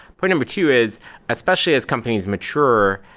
point number two is especially as companies mature,